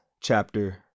chapter